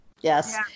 Yes